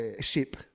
Ship